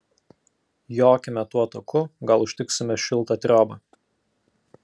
jokime tuo taku gal užtiksime šiltą triobą